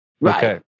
Right